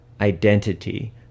identity